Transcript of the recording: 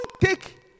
take